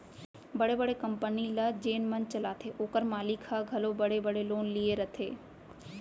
बड़े बड़े कंपनी ल जेन मन चलाथें ओकर मालिक मन ह घलौ बड़े बड़े लोन लिये रथें